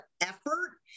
effort